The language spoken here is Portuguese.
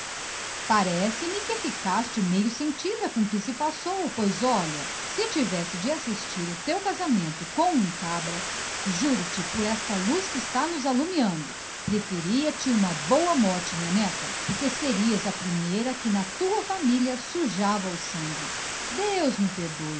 parece que ficaste meio sentida com o que se passou pois olha se tivesse de assistir ao teu casamento com um cabra juro-te por esta luz que está nos alumiando que te preferia uma boa morte minha neta porque serias a primeira que na família sujava o sangue deus me perdoe